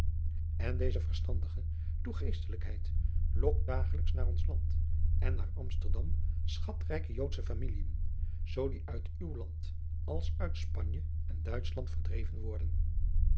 en deze verstandige toegeeslijkheid lokt dagelijks naar ons land en naar amsterdam schatrijke joodsche familien zoo die uit uw land als uit spanje en duitschland verdreven worden